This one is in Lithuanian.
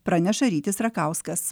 praneša rytis rakauskas